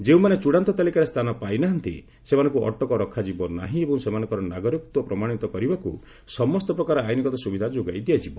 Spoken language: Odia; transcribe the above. ଯେଉଁମାନେ ଚୃଡ଼ାନ୍ତ ତାଲିକାରେ ସ୍ଥାନ ପାଇନାହାନ୍ତି ସେମାନଙ୍କୁ ଅଟକ ରଖାଯିବ ନାହିଁ ଏବଂ ସେମାନଙ୍କର ନାଗରିକତ୍ୱ ପ୍ରମାଣିତ କରିବାକୁ ସମସ୍ତ ପ୍ରକାର ଆଇନ୍ଗତ ସୁବିଧା ଯୋଗାଇ ଦିଆଯିବ